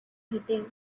hitting